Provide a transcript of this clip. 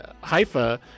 Haifa